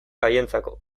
haientzako